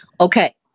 Okay